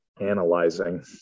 analyzing